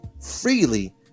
freely